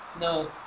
No